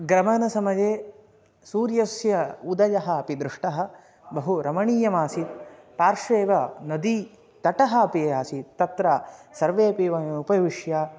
गमनसमये सूर्यस्य उदयः अपि दृष्टः बहु रमणीयमासीत् पार्श्वे एव नदी तटः अपि आसीत् तत्र सर्वेपि वयम् उपविश्य